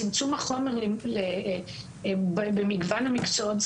או צמצום החומר במגוון המקצועות,